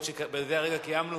אף שבזה הרגע קיימנו,